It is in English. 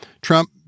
Trump